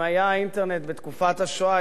אם היה האינטרנט בתקופת השואה,